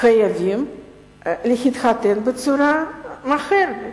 חייבים להתחתן בצורה אחרת,